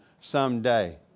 someday